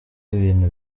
ibintu